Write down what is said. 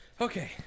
Okay